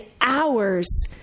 hours